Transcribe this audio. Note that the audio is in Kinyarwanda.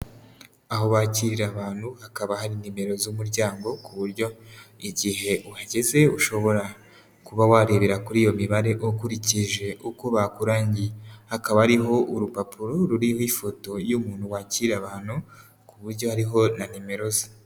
Aho bakirira abantu hakaba hari nimero z'umuryango, ku buryo igihe uhageze ushobora kuba warebera kuri iyo mibare ukurikije uko bakurangiye, hakaba hariho urupapuro ruriho ifoto y'umuntu wakira abantu ku buryo hariho na nimero ze.